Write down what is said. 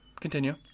Continue